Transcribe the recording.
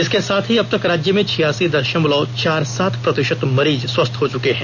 इसके साथ ही अब तक राज्य में छियासी दशमलव चार सात प्रतिशत मरीज स्वस्थ हो चुके हैं